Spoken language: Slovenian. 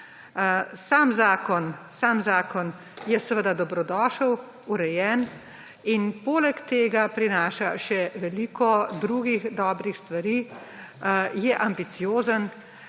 Sam zakon je seveda dobrodošel, urejen in poleg tega prinaša še veliko drugih dobrih stvari, je ambiciozen.